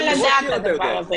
זה לא יעלה על הדעת, הדבר הזה.